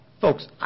folks